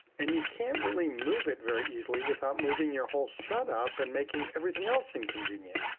and you can't really move it very easily without moving your whole setup and making everything else inconvenient.